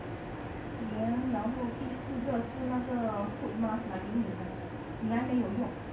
and then 然后第四个是那个 foot mask 买给你的你还没有用